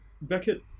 Beckett